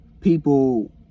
people